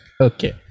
okay